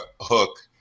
hook